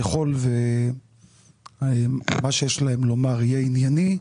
ככל שמה שיש להם לומר יהיה ענייני,